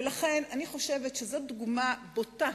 ולכן אני חושבת שזו דוגמה בוטה